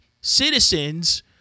citizens